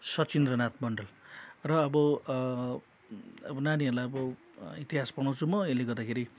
सचिन्द्रनाथ मन्डल र अब अब नानीहरूलाई अब इतिहास पढाउँछु म यसले गर्दाखेरि